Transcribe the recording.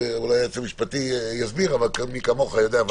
אולי היועץ המשפטי יסביר אבל מי כמוך יודע,